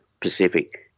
Pacific